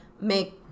make